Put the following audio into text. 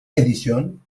edición